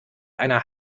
einer